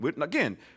Again